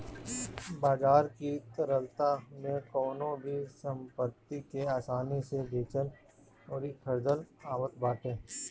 बाजार की तरलता में कवनो भी संपत्ति के आसानी से बेचल अउरी खरीदल आवत बाटे